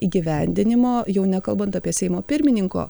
įgyvendinimo jau nekalbant apie seimo pirmininko